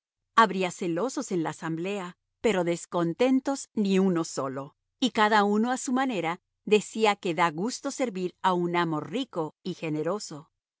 habría celosos en la asamblea pero descontentos ni uno solo y cada uno a su manera decía que da gusto servir a un amo rico y generoso